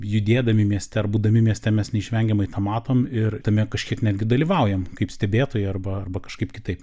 judėdami mieste ar būdami mieste mes neišvengiamai tą matom ir tame kažkiek netgi dalyvaujam kaip stebėtojai arba arba kažkaip kitaip